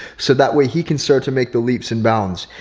so that way he can start to make the leaps and bounds.